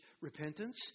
repentance